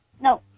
no